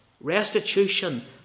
Restitution